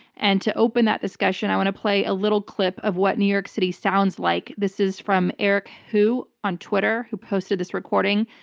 and to open that discussion, i want to play a little clip of what new york city sounds like. this is from eric hu on twitter, who posted this recording.